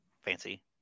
fancy